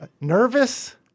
nervous